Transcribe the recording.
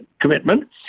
commitment